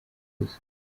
gusa